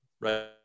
Right